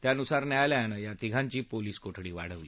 त्यानुसार न्यायालयानं या तिघांची पोलीस कोठडी वाढवली